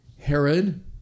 Herod